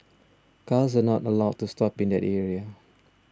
cars are not allowed to stop in that area